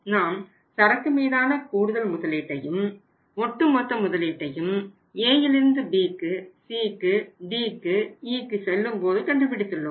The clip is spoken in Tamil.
நாம் சரக்கு மீதான கூடுதல் முதலீட்டையும் ஒட்டு மொத்த முதலீட்டையும் Aயிலிருந்து B க்கு C க்கு Dக்கு Eக்கு செல்லும்போது கண்டுபிடித்துள்ளோம்